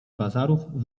bazarów